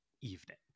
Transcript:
evening